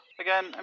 Again